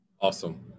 Awesome